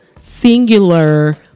singular